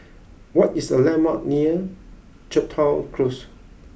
what is the landmarks near Chepstow Close